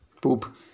poop